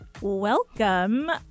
Welcome